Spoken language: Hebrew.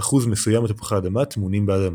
אחוז מסוים מתפוחי האדמה טמונים באדמה.